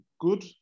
good